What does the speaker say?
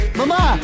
mama